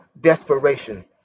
desperation